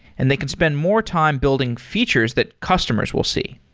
and they can spend more time building features that customers will see.